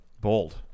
bold